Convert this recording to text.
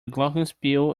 glockenspiel